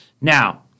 Now